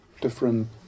different